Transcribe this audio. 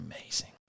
amazing